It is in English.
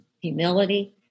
humility